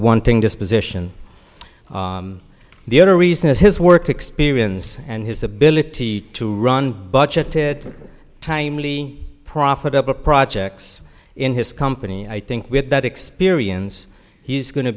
one thing disposition the other reason is his work experience and his ability to run budgeted timely profitable projects in his company i think with that experience he's going to